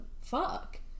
fuck